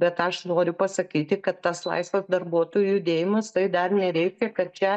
bet aš noriu pasakyti kad tas laisvas darbuotojų judėjimas tai dar nereikia kad čia